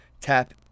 tap